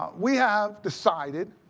ah we have decided,